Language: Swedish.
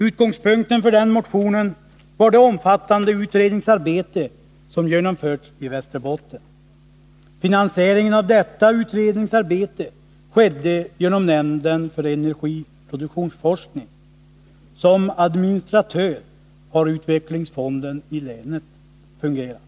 Utgångspunkten för den motionen var det omfattande utredningsarbete som genomförts i Västerbotten. Finansieringen av detta utredningsarbete skedde genom nämnden för energiproduktionsforskning. Som administratör har utvecklingsfonden i länet fungerat.